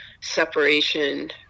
separation